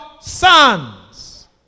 sons